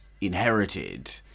inherited